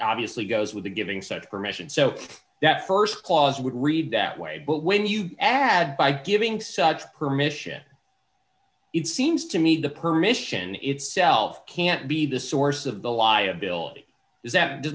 obviously goes with the giving side permission so that st clause would read that way but when you add by giving such permission it seems to me the permits shinde itself can't be the source of the liability is that does